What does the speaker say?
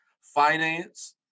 finance